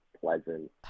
pleasant